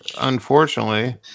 unfortunately